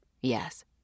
Yes